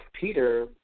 Peter